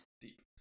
deep